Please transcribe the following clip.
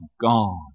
God